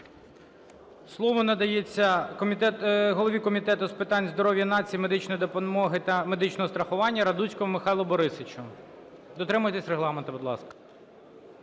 Слово надається голові Комітету з питань здоров'я нації, медичної допомоги та медичного страхування Радуцькому Михайлу Борисовичу. Дотримуйтесь регламенту, будь ласка.